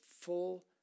full